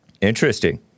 Interesting